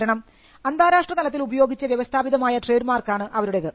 കാരണം അന്താരാഷ്ട്രതലത്തിൽ ഉപയോഗിച്ച് വ്യവസ്ഥാപിതമായ ട്രേഡ് മാർക്കാണ് അവരുടേത്